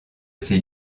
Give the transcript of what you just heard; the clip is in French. ses